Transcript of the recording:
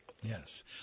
Yes